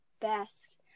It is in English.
best